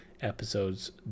episodes